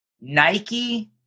Nike